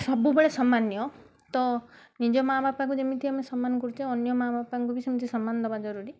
ସବୁବେଳେ ସମ୍ମାନୀୟ ତ ନିଜ ମା' ବାପାକୁ ଯେମିତି ଆମେ ସମ୍ମାନ କରୁଛେ ଅନ୍ୟ ମା' ବାପାଙ୍କୁ ବି ସେମିତି ସମ୍ମାନ ଦେବା ଜରୁରୀ